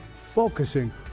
focusing